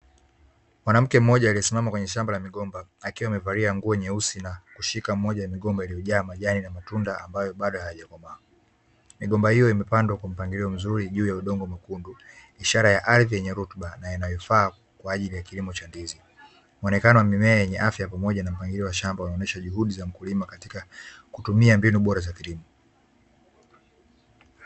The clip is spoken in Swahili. Mwanamke mmoja alisimama kwenye shamba la migomba akiwa amevalia nguo nyeusi na kushika moja ya migomba iliyojaa majani na matunda ambayo bado hayajakomaa. Migomba hiyo imepandwa kwa mpangilio mzuri juu ya udongo mwekundu, ishara ya ardhi yenye rutuba na inayofaa kwa ajili ya kilimo cha ndizi. Muonekano wa mimea yenye afya pamoja na mpangilio wa shamba unaonyesha juhudi za mkulima katika kutumia mbinu bora za kilimo.